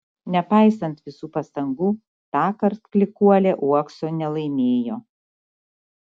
nepaisant visų pastangų tąkart klykuolė uokso nelaimėjo